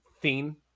theme